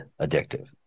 addictive